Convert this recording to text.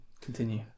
continue